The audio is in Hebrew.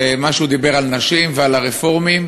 מה שהוא אמר על נשים ועל הרפורמים,